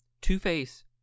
Two-Face